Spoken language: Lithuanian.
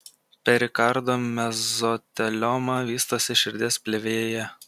perikardo mezotelioma vystosi širdies plėvėje